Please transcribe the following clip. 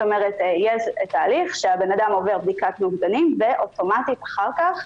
זאת אומרת יש תהליך שהבן אדם עובר בדיקת נוגדנים ואוטומטית אחר כך,